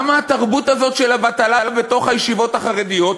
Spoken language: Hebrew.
למה התרבות הזאת של הבטלה בתוך הישיבות החרדיות,